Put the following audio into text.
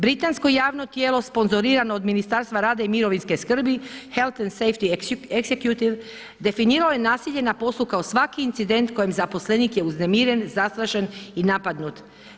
Britansko javno tijelo sponzorirano od Ministarstva rada i mirovinske skrbi health and safety executive definiralo je nasilje na poslu kao svaki incident kojim zaposlenik je uznemiren, zastrašen i napadnut.